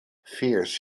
fierce